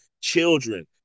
children